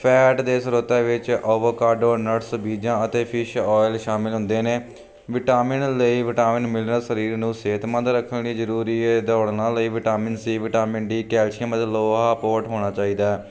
fat ਦੇ ਸਰੋਤਿਆਂ ਵਿੱਚ ਓਵੋਕਾਡੋ ਨਟਸ ਬੀਜਾਂ ਅਤੇ ਫਿਸ਼ ਆਇਲ ਸ਼ਾਮਿਲ ਹੁੰਦੇ ਨੇ ਵਿਟਾਮਿਨ ਲਈ ਵਿਟਾਮਿਨ ਮਿਲਨਰ ਸਰੀਰ ਨੂੰ ਸਿਹਤਮੰਦ ਰੱਖਣ ਲਈ ਜ਼ਰੂਰੀ ਹੈ ਦੌੜਨ ਲਈ vitamin C vitamin D calcium ਅਲੋਆ ਪੋਟ ਹੋਣਾ ਚਾਹੀਦਾ